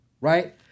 right